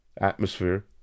atmosphere